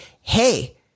hey